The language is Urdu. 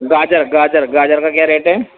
گاجر گاجر گاجر کا کیا ریٹ ہے